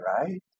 right